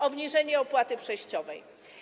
Obniżenie opłaty przejściowej.